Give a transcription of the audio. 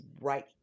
right